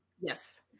Yes